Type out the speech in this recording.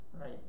right